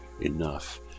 enough